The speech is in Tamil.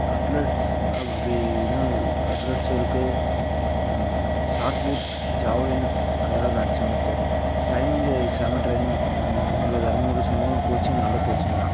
அத்தலட்ஸ் அப்படினா அத்தலட்ஸ் இருக்குது ஷாட்பூட் ஜாவ்லின் அதெல்லாம் மேக்சிமம் இருக்குது ட்ரெய்னிங்கு செம்ம ட்ரெய்னிங்கு இங்கே தருமபுரி சொல்லணும்னா கோச்சிங் நல்ல கோச்சிங் தான்